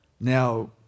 Now